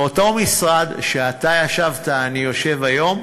באותו משרד שישבת אני יושב היום,